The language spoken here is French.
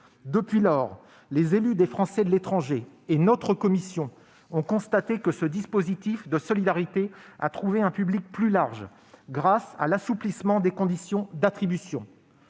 Depuis lors, ces élus et notre commission ont observé que ce dispositif de solidarité a trouvé un public plus large, grâce à l'assouplissement des conditions d'attribution.